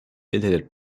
internet